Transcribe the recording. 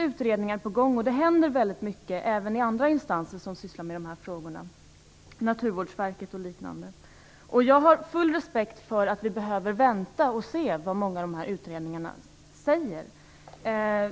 utredningar på gång, och det händer väldigt mycket även i andra instanser som sysslar med dessa frågor, som Naturvårdsverket och liknande. Jag har mycket stor respekt för att vi behöver vänta på vad många av utredningarna kommer att säga.